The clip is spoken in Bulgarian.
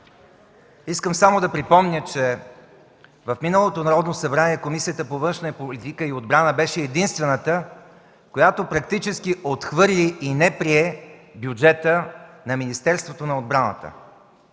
Искам само да припомня, че в миналото Народно събрание Комисията по външна политика и отбрана беше единствената, която практически отхвърли и не прие бюджета на Министерството на отбраната,